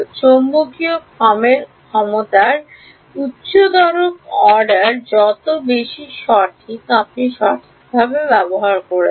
চৌম্বকীয় ক্রমের উচ্চতর অর্ডার যত বেশি সঠিক আপনি সঠিকভাবে ব্যবহার করেছেন